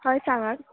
हय सांगात